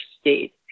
state